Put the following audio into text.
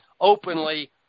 openly